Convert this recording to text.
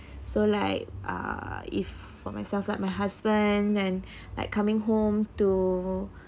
so like uh if for myself like my husband and like coming home to